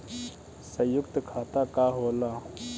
सयुक्त खाता का होला?